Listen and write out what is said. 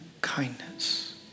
kindness